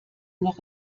noch